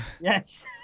yes